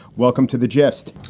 welcome to the gist. oh,